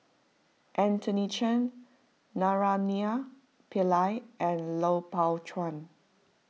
Anthony Chen Naraina Pillai and Lui Pao Chuen